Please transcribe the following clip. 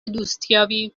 دوستیابی